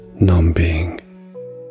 non-being